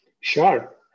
Sure